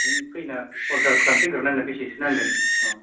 नों फैना अर्डार खालामफैग्रोनांगोन बेसेसो नांगोन अह